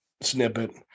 snippet